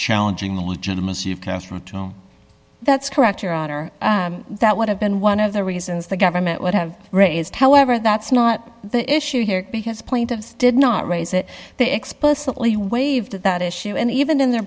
challenging the legitimacy of katherine that's correct your honor that would have been one of the reasons the government would have raised however that's not the issue here because point of did not raise it they explicitly waived at that issue and even in their